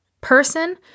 person